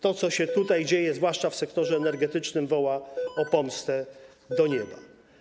To, co tutaj się dzieje, zwłaszcza w sektorze energetycznym, woła o pomstę do nieba.